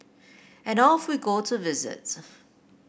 and off we go to visit